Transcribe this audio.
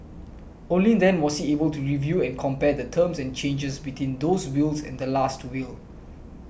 only then was he able to review and compare the terms and changes between those wills and the Last Will